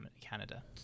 Canada